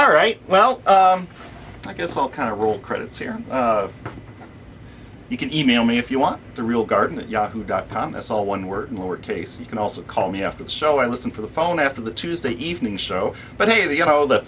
all right well i guess all kind of roll credits here you can e mail me if you want the real garden at yahoo dot com that's all one word in lower case you can also call me after the show and listen for the phone after the tuesday evening show but hey the you know the